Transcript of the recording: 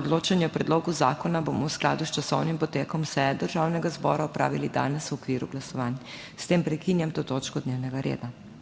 Odločanje o predlogu zakona bomo v skladu s časovnim potekom seje Državnega zbora opravili danes v okviru glasovanj in s tem prekinjam to točko dnevnega reda.